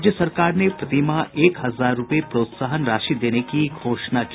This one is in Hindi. राज्य सरकार ने प्रतिमाह एक हजार रूपये प्रोत्साहन राशि देने की घोषणा की